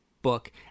Book